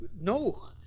No